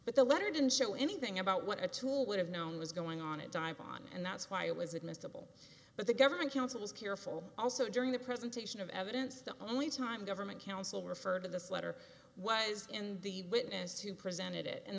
but the letter didn't show anything about what a tool would have known was going on a dive on and that's why it was admissible but the government counsel was careful also during the presentation of evidence the only time government counsel referred to this letter was in the witness who presented it